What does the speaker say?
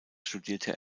studierte